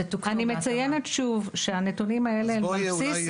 אני מציינת שוב שהנתונים האלה הם על בסיס